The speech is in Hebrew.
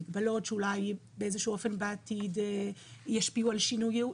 מגבלות שאולי באיזה שהוא אופן בעתיד ישפיעו על שינוי ייעוד,